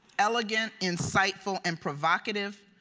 elegant, insightful and provocative.